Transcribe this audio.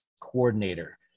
coordinator